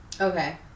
Okay